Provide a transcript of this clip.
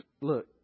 Look